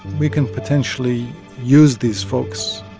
we can potentially use these folks